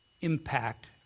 impact